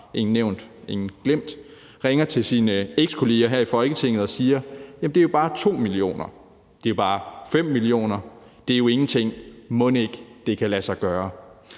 ingen nævnt, ingen glemt – ringer til sine ekskolleger her i Folketinget og siger: Jamen det er bare 2 mio. kr. Det er bare 5 mio kr.; det er jo ingenting, mon ikke det kan lade sig gøre?